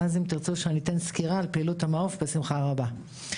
ואז אם תרצו שאתן סקירה על פעילות המעו"ף בשמחה רבה.